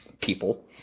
people